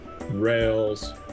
rails